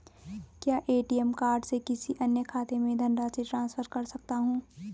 क्या ATM card से किसी अन्य खाते में धनराशि ट्रांसफर कर सकता हूँ?